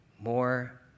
more